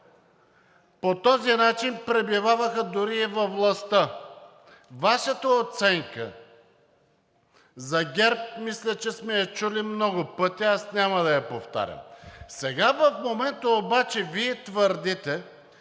По този начин пребиваваха дори и във властта. Вашата оценка за ГЕРБ мисля, че сме я чули много пъти, аз няма да я повтарям. В момента обаче Вие твърдите,